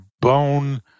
bone